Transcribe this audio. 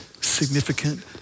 significant